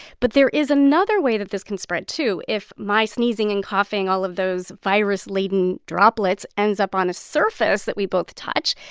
but there is another way that this can spread, too. if my sneezing and coughing, all of those virus-laden droplets ends up on a surface that we both touch,